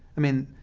i mean,